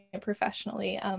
professionally